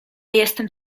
jestem